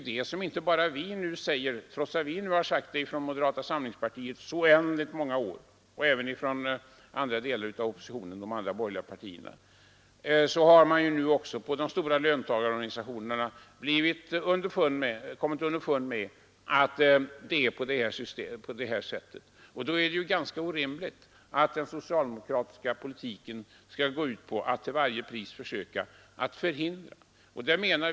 Vi i moderata samlingspartiet har framhållit detta under en lång rad av år, men vi är nu inte ensamma härom. Även inom de andra borgerliga partierna och från de stora löntagarorganisationerna har man kommit underfund med att det är på detta sätt. Det är orimligt att den socialdemokratiska politiken skall gå ut på att till varje pris försöka förhindra en indexreglering.